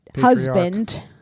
husband